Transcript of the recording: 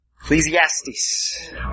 Ecclesiastes